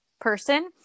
person